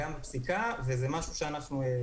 גם בפסיקה, וזה משהו שאנחנו מציעים להשתמש בו.